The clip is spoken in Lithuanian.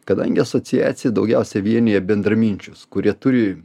kadangi asociacija daugiausiai vienija bendraminčius kurie turi